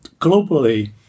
globally